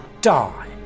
die